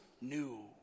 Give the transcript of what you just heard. new